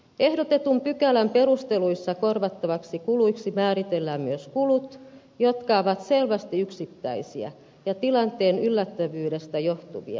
ehdotetun pykälän perusteluissa korvattaviksi kuluiksi määritellään myös kulut jotka ovat selvästi yksittäisiä ja tilanteen yllättävyydestä johtuvia